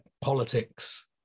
politics